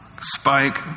spike